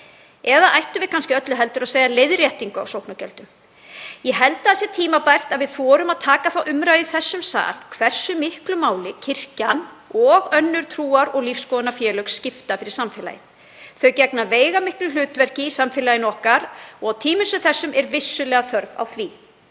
eða ættum við kannski öllu heldur að segja leiðréttingu á sóknargjöldunum? Ég held að það sé tímabært að við þorum að taka þá umræðu í þessum sal hversu miklu máli kirkjan og önnur trúar- og lífsskoðunarfélög skipta fyrir samfélagið. Þau gegna veigamiklu hlutverki í samfélagi okkar og á tímum sem þessum er vissulega þörf á því.“